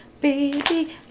baby